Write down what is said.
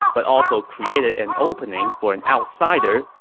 but also created an opening for an outsider,